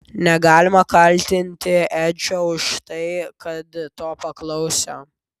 negalima kaltinti edžio už tai kad to paklausė